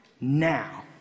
now